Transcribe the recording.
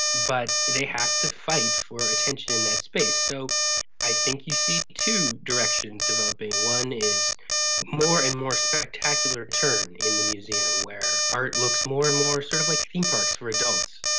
but they have to fight for attention in that space. so i think you see two directions developing, one is more and more spectacular turn in the museum where art looks more and more sort of like theme parks for adults,